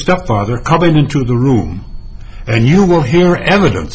stop father coming into the room and you will hear evidence